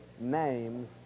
name's